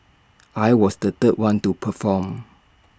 I was the third one to perform